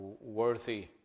worthy